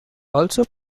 also